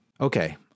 Okay